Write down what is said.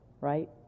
Right